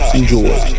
Enjoy